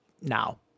now